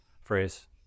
phrase